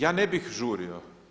Ja ne bih žurio.